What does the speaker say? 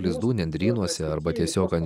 lizdų nendrynuose arba tiesiog ant